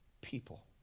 people